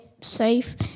safe